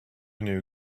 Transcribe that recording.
knew